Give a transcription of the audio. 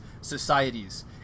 societies